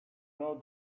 know